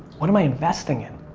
what am i investing in?